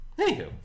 Anywho